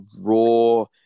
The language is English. raw